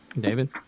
David